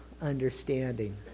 understanding